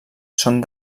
són